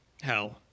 Hell